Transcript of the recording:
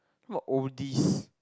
what oldies